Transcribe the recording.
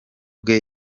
bwe